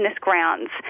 grounds